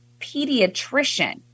Pediatrician